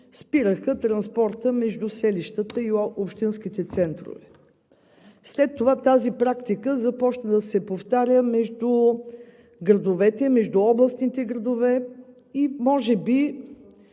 спираха транспорта между селищата и общинските центрове. След това тази практика започна да се повтаря между градовете, между областните градове и, може би